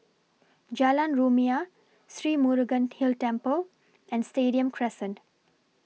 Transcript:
Jalan Rumia Sri Murugan Hill Temple and Stadium Crescent